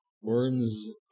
Worms